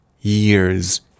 years